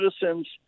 citizens